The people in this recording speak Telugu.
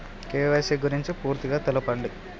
కే.వై.సీ గురించి పూర్తిగా తెలపండి?